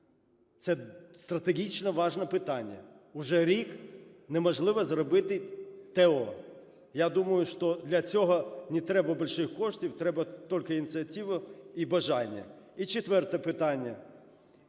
Це стратегічно важливе питання, вже рік неможливо зробити ТЕО. Я думаю, що для цього не требабольших коштів, треба только инициатива і бажання. І четверте питання,